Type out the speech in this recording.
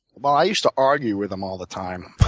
well, i used to argue with him all the time